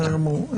בסדר גמור.